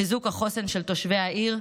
חיזוק החוסן של תושבי העיר,